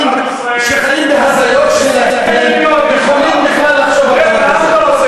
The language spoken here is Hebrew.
הארץ הזאת היא הארץ של עם ישראל,